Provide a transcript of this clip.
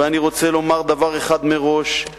ואני רוצה לומר דבר אחד מראש,